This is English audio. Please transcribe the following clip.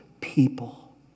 people